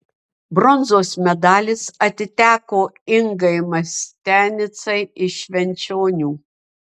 bronzos medalis atiteko ingai mastianicai iš švenčionių